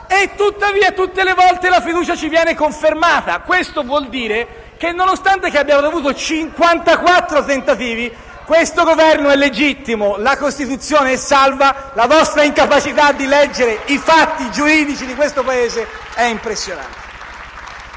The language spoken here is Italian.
e tuttavia la fiducia ci viene confermata tutte le volte. Questo vuol dire che, nonostante abbiamo avuto 54 tentativi, questo Governo è legittimo, la Costituzione è salva, la vostra incapacità di leggere i fatti giuridici di questo Paese è impressionante.